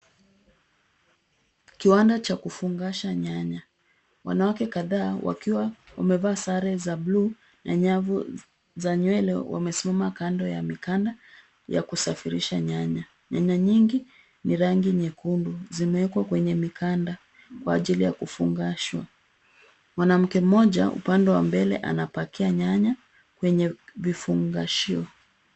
Kiwanda cha kufangasha nyanya. Wanawake kadhaa wakiwa wamevaa sare za blue na nyavu za nywele wamesimama kando ya mikanda ya kusafirisha nyanya. Nyanya nyingi ni rangi nyekundu. Zimewekwa kwenye mikanda kwa ajili ya kufangashwa. Mwanamke mmoja upande wa mbele anapakia nyanya kwenye vifungashio.